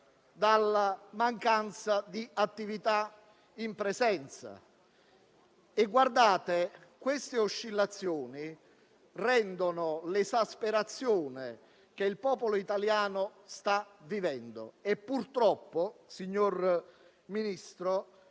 dalla mancanza di attività in presenza. Queste oscillazioni rendono l'esasperazione che il popolo italiano sta vivendo; e purtroppo, signor Ministro,